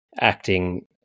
acting